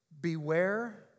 Beware